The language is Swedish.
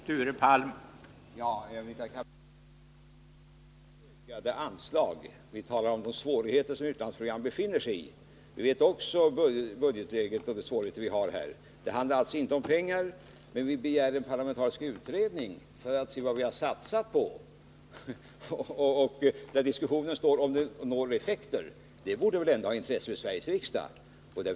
Herr talman! Jag vill rikta kammarens uppmärksamhet på att vi inte har begärt ökade anslag. Vi talar om de svårigheter som utlandsprogrammen befinner sig i. Också vi är medvetna om det besvärliga budgetläget. Vad vi begär är en parlamentariskt sammansatt utredning, så att vi får veta vad vi harsatsat på. Vi vill också veta vilka effekter som uppnås. Det borde väl ändå vara av intresse för Sveriges riksdag att få del av sådana uppgifter.